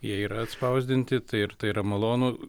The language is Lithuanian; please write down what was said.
jie yra atspausdinti tai ir tai yra malonu